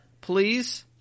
please